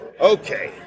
Okay